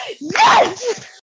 Yes